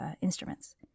instruments